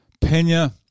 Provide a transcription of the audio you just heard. Pena